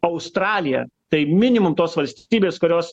australija tai minimum tos valstybės kurios